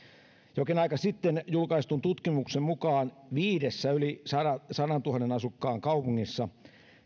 jokin aika sitten julkaistun tutkimuksen mukaan viidessä yli sataantuhanteen asukkaan kaupungissa